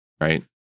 right